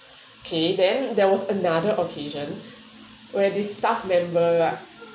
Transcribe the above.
okay then there was another occasion where this staff member uh